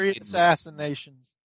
Assassinations